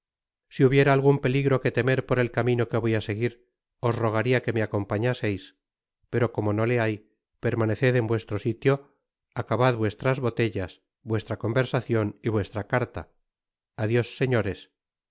s hubiera algun peligro que temer por el camino que voy á seguir os rogaria que me acompañaseis pero óomo no te hay permaneced en vuestro sitio acabad vuestras botellas vuestra conversacion y vuestra carta adios señores